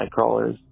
Nightcrawlers